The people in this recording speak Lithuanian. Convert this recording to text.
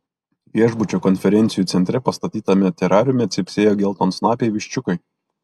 viešbučio konferencijų centre pastatytame terariume cypsėjo geltonsnapiai viščiukai